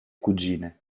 cugine